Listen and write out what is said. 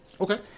Okay